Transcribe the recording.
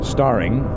Starring